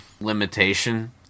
limitation